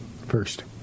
first